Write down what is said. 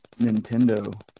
Nintendo